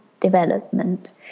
development